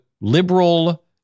liberal